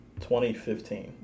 2015